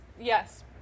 yes